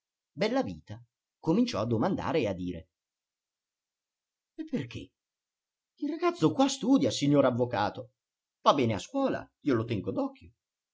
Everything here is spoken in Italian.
tempo bellavita cominciò a domandare e a dire e perché il ragazzo qua studia signor avvocato va bene a scuola io lo tengo